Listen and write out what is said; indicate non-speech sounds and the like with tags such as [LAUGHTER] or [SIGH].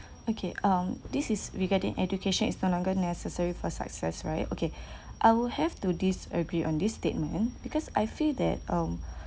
okay um this is regarding education is no longer necessary for success right okay [BREATH] I'll have to disagree on this statement because I feel that um